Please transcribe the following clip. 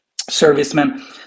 servicemen